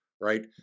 right